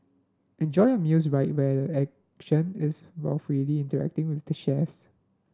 enjoy your meals right where the action is while freely interacting with the chefs